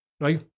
Right